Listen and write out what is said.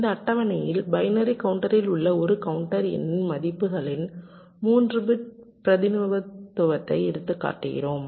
இந்த அட்டவணையில் பைனரி கவுண்டரில் உள்ள ஒரு கவுண்டர் எண்ணின் மதிப்புகளின் 3 பிட் பிரதிநிதித்துவத்தை எடுத்துக்காட்டுகிறோம்